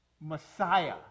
Messiah